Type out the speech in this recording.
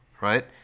right